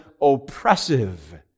oppressive